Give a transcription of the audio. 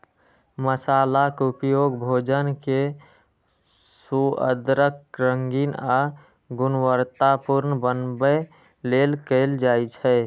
मसालाक उपयोग भोजन कें सुअदगर, रंगीन आ गुणवतत्तापूर्ण बनबै लेल कैल जाइ छै